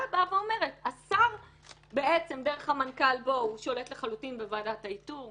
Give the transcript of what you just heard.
באה ואומרת: השר דרך המנכ"ל שולט לחלוטין בוועדת האיתור.